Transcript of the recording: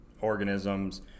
organisms